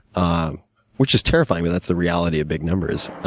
um which is terrifying, but that's the reality of big numbers.